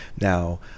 now